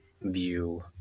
view